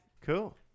Cool